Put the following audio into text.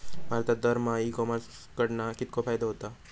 भारतात दरमहा e commerce कडणा कितको फायदो होता?